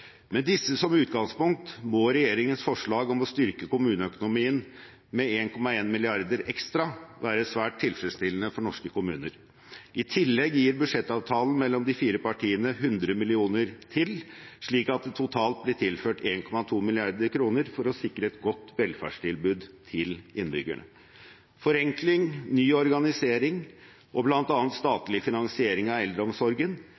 Med disse som utgangspunkt må regjeringens forslag om å styrke kommuneøkonomien med 1,1 mrd. kr ekstra være svært tilfredsstillende for norske kommuner. I tillegg gir budsjettavtalen mellom de fire partiene 100 mill. kr til, slik at det totalt blir tilført 1,2 mrd. kr for å sikre et godt velferdstilbud til innbyggerne. Forenkling, ny organisering og bl.a. statlig finansiering av eldreomsorgen